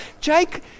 Jake